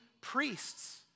priests